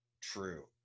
true